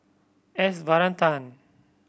S Varathan